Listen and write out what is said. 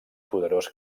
poderós